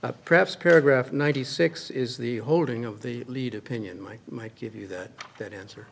perhaps paragraph ninety six is the holding of the lead opinion might might give you that that answer